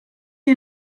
you